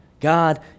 God